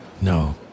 No